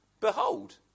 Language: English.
Behold